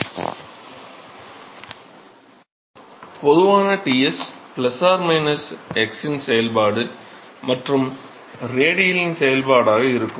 பொதுவான தீர்வு Ts ± x யின் செயல்பாடு மற்றும் ரேடியலின் செயல்பாடாக இருக்கும்